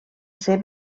ser